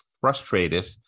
frustrated